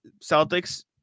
Celtics